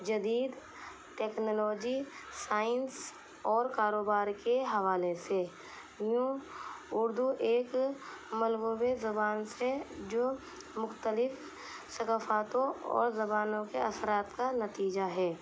جدید technology science اور کاروبار کے حوالے سے یوں اردو ایک منگووے زبان سے جو مختلف ثقافاتوں اور زبانوں کے اثرات کا نتیجہ ہے